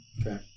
Okay